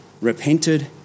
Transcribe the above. repented